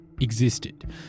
Existed